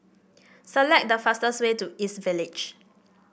select the fastest way to East Village